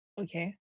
okay